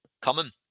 common